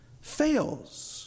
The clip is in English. fails